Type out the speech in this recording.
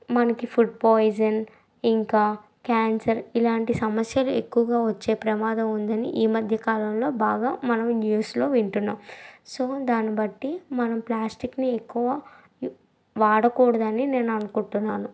మనకి food poison ఇంకా cancer ఇలాంటి సమస్యలు ఎక్కువగా వచ్చే ప్రమాదం ఉందని ఈ మధ్యకాలంలో బాగా మనం న్యూస్లో వింటున్నాం సో దాన్ని బట్టి మనం ప్లాస్టిక్ని ఎక్కువ వాడకూడదని నేను అనుకుంటున్నాను